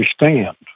understand